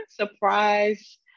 surprise